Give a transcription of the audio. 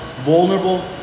vulnerable